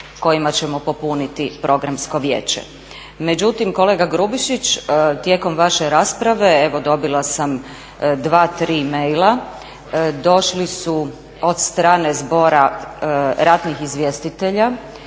kojima ćemo popuniti Programsko vijeće. Međutim, kolega Grubišić tijekom vaše rasprave, evo dobila sam dva, tri maila, došli su od strane Zbora ratnih izvjestitelja